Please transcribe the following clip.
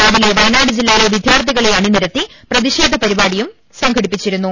രാവിലെ വയനാട് ജില്ലയിലെ വിദ്യാർത്ഥികളെ അണി നിരത്തി പ്രതിഷേധ പരിപാടിയും സംഘടിപ്പിച്ചിരുന്നു